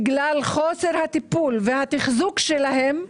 בגלל חוסר הטיפול והתחזוק שלהם,